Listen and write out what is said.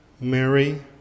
Mary